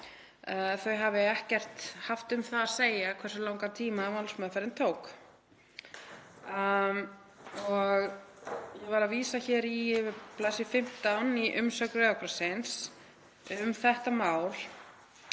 þau hafi ekkert haft um það að segja hversu langan tíma málsmeðferðin tók. Ég var að vísa í bls. 15 í umsögn Rauða krossins um þetta mál.